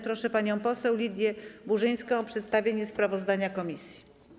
Proszę panią poseł Lidię Burzyńską o przedstawienie sprawozdania komisji.